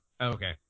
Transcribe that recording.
okay